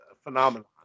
phenomenon